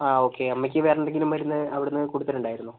okay അമ്മയ്ക്ക് വേറെ എന്തെങ്കിലും മരുന്ന് അവിടുന്നു കൊടുത്തിട്ടുണ്ടായിരുന്നോ